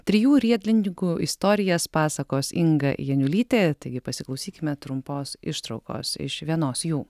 trijų riedlentininkų istorijas pasakos inga janiulytė taigi pasiklausykime trumpos ištraukos iš vienos jų